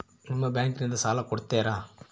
ನಿಮ್ಮ ಬ್ಯಾಂಕಿನಿಂದ ಸಾಲ ಕೊಡ್ತೇರಾ?